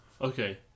Okay